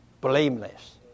blameless